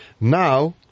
Now